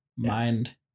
Mind